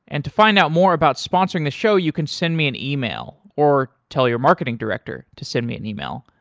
and to find out more about sponsoring the show, you can send me an email or tell your marketing director to send me an email,